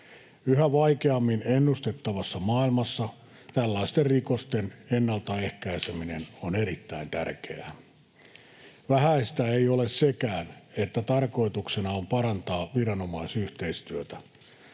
Yhä vaikeammin ennustettavassa maailmassa tällaisten rikosten ennaltaehkäiseminen on erittäin tärkeää. Vähäistä ei ole sekään, että tarkoituksena on parantaa viranomaisyhteistyötä.